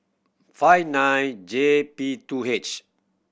five nine J P two H